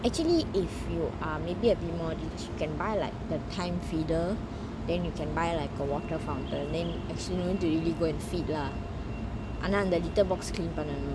actually if you are maybe a bit more rich you can buy like the time feeder then you can buy like a water fountain then actually you don't really go and feed lah அனா அந்த:ana antha the litter box clean பண்ணனும்:pannanum